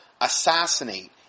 assassinate